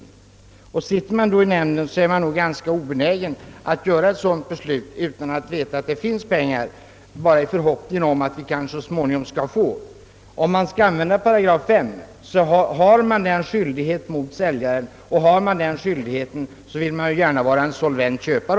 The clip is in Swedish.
Som ledamot av nämnden är man nog då ganska obenägen att vara med om ett sådant beslut, ifall man vet att det inte finns pengar utan bara har en förhoppning att man kanske så småningom skall få pengar. Enligt § 5 har man en skyldighet mot säljaren, och då vill man gärna vara en solvent köpare.